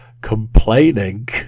complaining